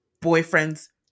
boyfriend's